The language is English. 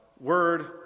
word